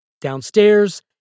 Downstairs